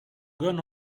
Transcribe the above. non